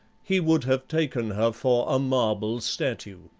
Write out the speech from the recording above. he would have taken her for a marble statue.